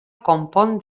konpon